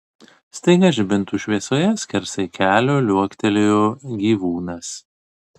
staiga žibintų šviesoje skersai kelio liuoktelėjo gyvūnas